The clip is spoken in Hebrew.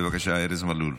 בבקשה, ארז מלול.